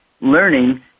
learning